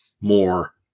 more